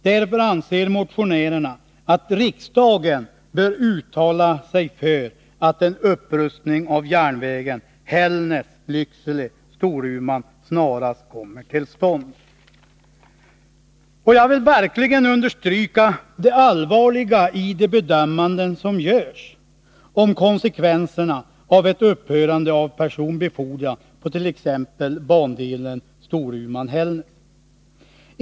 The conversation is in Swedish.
Därför anser motionärerna att riksdagen bör uttala sig för att en upprustning av järnvägen Hällnäs-Lycksele-Storuman snarast kommer till stånd. Jag vill verkligen understryka det allvarliga i de bedömanden som görs om konsekvenserna av ett upphörande av personbefordran på t.ex. bandelen Storuman-Hällnäs.